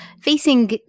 facing